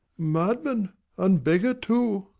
madman and beggar too.